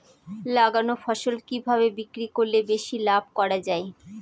লাগানো ফসল কিভাবে বিক্রি করলে বেশি লাভ করা যায়?